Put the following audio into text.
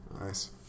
Nice